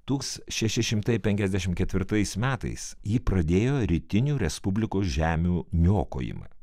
tūks šeši šimtai penkiasdešim ketvirtais metais ji pradėjo rytinių respublikos žemių niokojimą